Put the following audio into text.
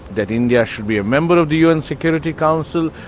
that india should be a member of the un security council,